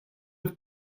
have